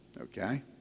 Okay